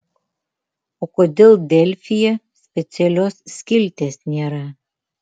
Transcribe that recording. o kodėl delfyje specialios skilties nėra